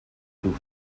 boot